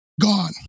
gone